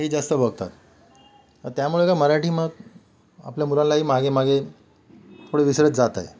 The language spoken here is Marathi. हे जास्त बघतात त्यामुळे का मराठी मग आपल्या मुलांनाही मागे मागे थोडी विसरत जात आहे